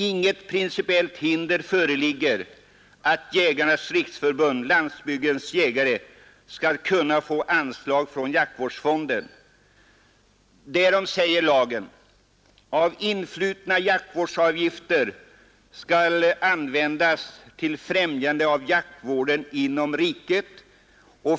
Inget principiellt hinder föreligger för att Jägarnas riksförbund-Landsbygdens jägare skall få anslag från jaktvårdsfonden. Därom säger lagen att av influtna jaktvårdsavgifter skall bildas en fond som efter Konungens bestämmande skall användas till främjande av jaktvården inom riket.